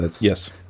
Yes